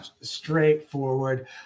straightforward